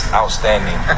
outstanding